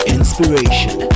Inspiration